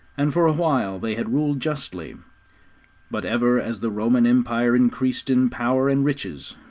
and for awhile they had ruled justly but ever as the roman empire increased in power and riches,